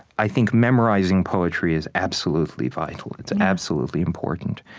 i think memorizing poetry is absolutely vital. it's absolutely important.